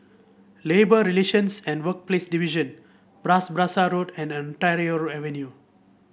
Labour Relations and Workplaces Division Bras Basah Road and Ontario Avenue